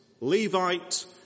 Levite